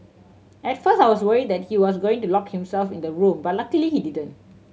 at first I was worry that he was going to lock himself in the room but luckily he didn't